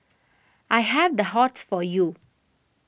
I have the hots for you